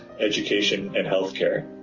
education and health care.